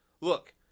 Look